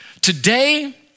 Today